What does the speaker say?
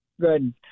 Good